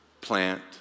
plant